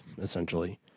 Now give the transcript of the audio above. essentially